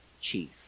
chief